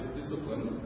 discipline